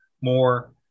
more